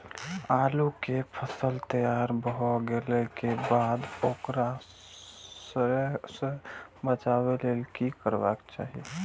आलू केय फसल तैयार भ गेला के बाद ओकरा सड़य सं बचावय लेल की करबाक चाहि?